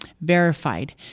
verified